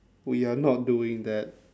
we are not doing that